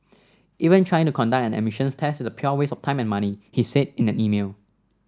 even trying to conduct an emissions test is a pure waste of time and money he said in an email